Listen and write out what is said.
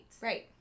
Right